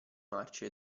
marce